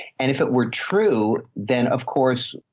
and if it were true, then of course,